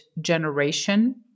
generation